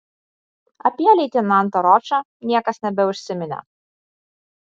apie leitenantą ročą niekas nebeužsiminė